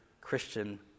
Christian